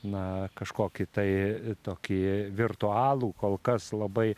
na kažkokį tai tokį virtualų kol kas labai